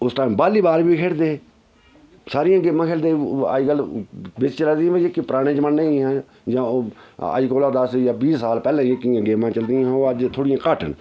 उस टाइम बाली बाल बी खेढदे हे सारियां गेमां खेलदे हे अज्जकल बिच्च चला दियां बी जेह्कियां पराने जमाने हियां जां ओह् अज्ज कोला दस जां बीह् साल पैह्ले जेह्कियां गेमां चलदियां हियां ओह् अज्ज थोह्ड़ियां घट्ट न